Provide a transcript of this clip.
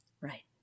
right